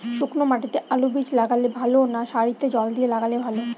শুক্নো মাটিতে আলুবীজ লাগালে ভালো না সারিতে জল দিয়ে লাগালে ভালো?